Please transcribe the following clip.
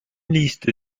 liste